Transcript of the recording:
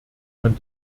man